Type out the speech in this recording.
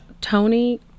Tony